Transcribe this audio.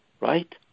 Right